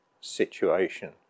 situation